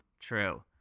true